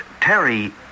Terry